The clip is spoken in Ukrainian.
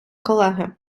колеги